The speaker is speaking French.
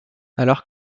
alors